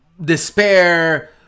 despair